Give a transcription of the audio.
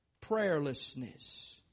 Prayerlessness